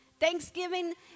Thanksgiving